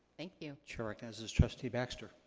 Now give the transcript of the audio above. thank you. chair recognizes trustee baxter.